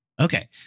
okay